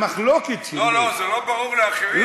המחלוקת שלי, לא לא, זה לא ברור לאחרים.